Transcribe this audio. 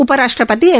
उपराष्ट्रपती एम